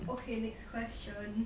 okay next question